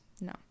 no